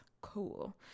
Cool